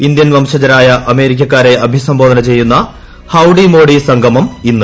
Indian വംശജരായ അമേരിക്കക്കാരെ അഭിസംബോധന ചെയ്യുന്ന ഹൌഡി മോദി സംഗമം ഇന്ന്